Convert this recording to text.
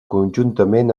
conjuntament